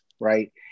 Right